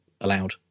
allowed